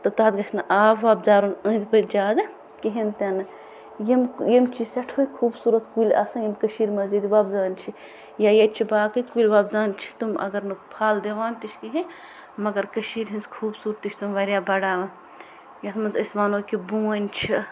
تہٕ پَتہٕ گَژھِ نہٕ آب واب دَرُن أندۍ پٔتۍ زیادٕ کِہِیٖنۍ تہِ نہٕ یِم یِم چھِ سٮ۪ٹھٕے خوٗبصورَت کُلۍ آسان یِم کٔشیٖرِ منٛز ییٚتہِ وۄپدان چھِ یا ییٚتہِ چھُ باقٕے کُلۍ وۄپدان چھِ تِم اَگَر نہٕ پھَل دِوان تہِ چھِ کِہیٖنۍ مَگَر کٔشیٖرِ ہِنٛز خوٗبصورتی چھِ تِم واریاہ بَڑاوان یَتھ منٛز أسۍ وَنو کہِ بوٗنۍ چھِ